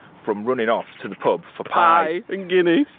from running off to the pub for pie and guinness.